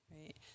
right